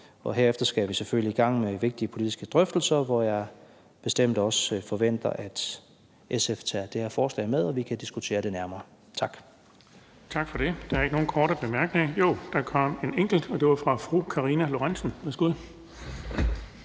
Herefter skal vi selvfølgelig i gang med vigtige politiske drøftelser, hvor jeg bestemt også forventer at SF tager det her forslag med, så vi kan diskutere det nærmere. Tak. Kl. 10:59 Den fg. formand (Erling Bonnesen): Tak for det. Der er en enkelt kort bemærkning, og den er fra fru Karina Lorentzen